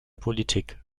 politik